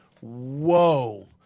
whoa